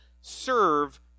serve